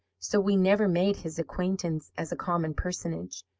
so we never made his acquaintance as a common personage.